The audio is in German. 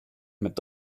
mit